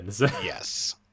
Yes